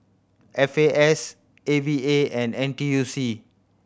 F A S A V A and N T U C